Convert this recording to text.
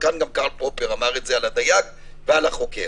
וכאן גם קארל פופר אמר את זה על הדייג ועל החוקר.